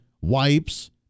wipes